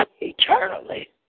eternally